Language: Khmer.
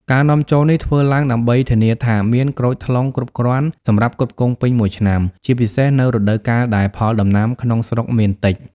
ការនាំចូលនេះធ្វើឡើងដើម្បីធានាថាមានក្រូចថ្លុងគ្រប់គ្រាន់សម្រាប់ផ្គត់ផ្គង់ពេញមួយឆ្នាំ ជាពិសេសនៅរដូវកាលដែលផលដំណាំក្នុងស្រុកមានតិច។